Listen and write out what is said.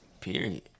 Period